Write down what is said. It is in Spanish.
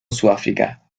sudáfrica